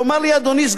אדוני סגן השר,